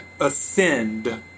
ascend